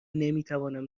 نمیتوانم